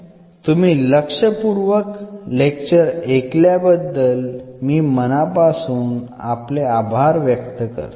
तुम्ही लक्षपूर्वक लेक्चर ऐकल्याबद्दल मी मनापासून आभार व्यक्त करतो